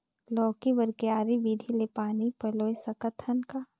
लौकी बर क्यारी विधि ले पानी पलोय सकत का?